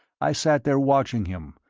i sat there watching him,